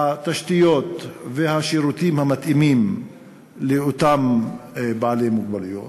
התשתיות והשירותים המתאימים לאותם בעלי מוגבלויות,